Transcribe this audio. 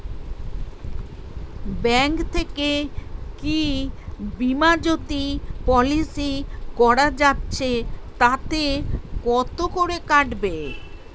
Bank থেকে কী বিমাজোতি পলিসি করা যাচ্ছে তাতে কত করে কাটবে?